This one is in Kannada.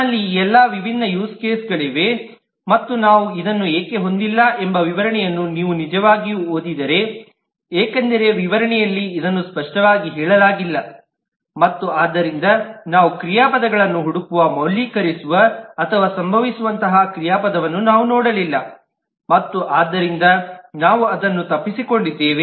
ನಮ್ಮಲ್ಲಿ ಈ ಎಲ್ಲಾ ವಿಭಿನ್ನ ಯೂಸ್ ಕೇಸ್ಗಳಿವೆ ಮತ್ತು ನಾವು ಇದನ್ನು ಏಕೆ ಹೊಂದಿಲ್ಲ ಎಂಬ ವಿವರಣೆಯನ್ನು ನೀವು ನಿಜವಾಗಿಯೂ ಓದಿದರೆ ಏಕೆಂದರೆ ವಿವರಣೆಯಲ್ಲಿ ಇದನ್ನು ಸ್ಪಷ್ಟವಾಗಿ ಹೇಳಲಾಗಿಲ್ಲ ಮತ್ತು ಆದ್ದರಿಂದ ನಾವು ಕ್ರಿಯಾಪದಗಳನ್ನು ಹುಡುಕುವಾಗ ಮೌಲ್ಯೀಕರಿಸುವ ಅಥವಾ ಸಂಭವಿಸುವಂತಹ ಕ್ರಿಯಾಪದವನ್ನು ನಾವು ನೋಡಲಿಲ್ಲ ಮತ್ತು ಆದ್ದರಿಂದ ನಾವು ಅದನ್ನು ತಪ್ಪಿಸಿಕೊಂಡಿದ್ದೇವೆ